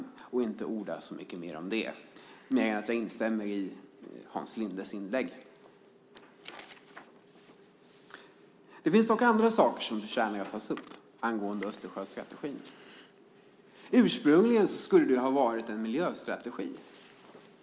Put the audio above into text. Jag ska alltså inte orda så mycket mer om den utöver att jag säger att jag instämmer i Hans Lindes inlägg. Det finns dock andra saker som förtjänar att tas upp när det gäller Östersjöstrategin. Ursprungligen skulle det i första hand ha varit en miljöstrategi.